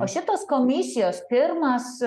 o šitos komisijos pirmas